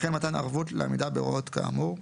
וכן מתן ערובות לעמידה בהוראות כאמור,